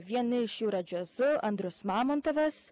vieni iš jų yra džiazu andrius mamontovas